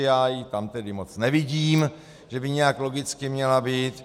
Já ji tam tedy moc nevidím, že by nějak logicky měla být.